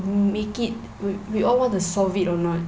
make it we we all want to solve it or not